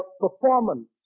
performance